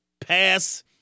pass